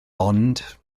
ond